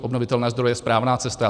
Obnovitelné zdroje jsou správná cesta.